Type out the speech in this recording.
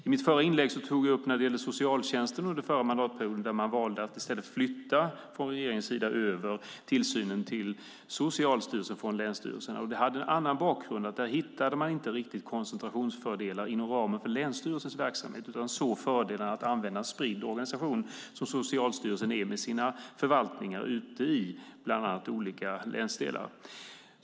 I mitt förra inlägg tog jag upp att man från regeringens sida under förra mandatperioden valde att flytta över tillsynen av socialtjänsten från länsstyrelserna till Socialstyrelsen. Det hade en annan bakgrund, nämligen att man där inte riktigt hittade koncentrationsfördelar inom ramen för länsstyrelsernas verksamhet utan såg fördelarna med att använda en spridd organisation, vilket Socialstyrelsen är med sina förvaltningar bland annat i olika länsdelar.